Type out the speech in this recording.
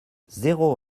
zéro